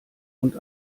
und